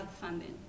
funding